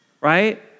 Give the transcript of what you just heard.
Right